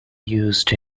used